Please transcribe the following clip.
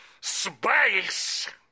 Space